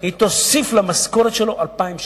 היא תוסיף למשכורת שלו 2,000 שקלים,